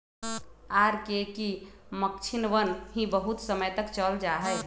R K की मक्षिणवन भी बहुत समय तक चल जाहई